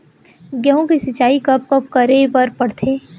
गेहूँ के सिंचाई कब कब करे बर पड़थे?